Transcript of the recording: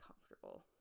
comfortable